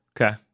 Okay